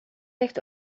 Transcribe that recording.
ligt